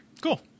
Cool